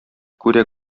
күрә